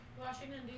Washington